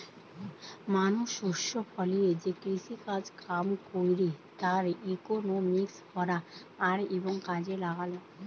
মানুষ শস্য ফলিয়ে যে কৃষিকাজ কাম কইরে তার ইকোনমিক্স পড়া আর এবং কাজে লাগালো